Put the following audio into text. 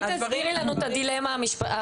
הדברים שעלו --- בואי תסבירי לנו את הדילמה החוקית.